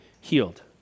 healed